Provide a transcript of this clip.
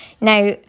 Now